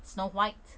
snow white